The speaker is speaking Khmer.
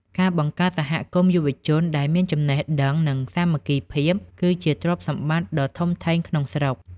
ការបង្កើត "សហគមន៍យុវជន" ដែលមានចំណេះដឹង និងសាមគ្គីភាព គឺជាទ្រព្យសម្បត្តិដ៏ធំធេងក្នុងស្រុក។